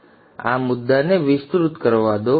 મને આ મુદ્દાને વિસ્તૃત કરવા દો